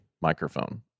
microphone